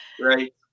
Right